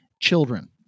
children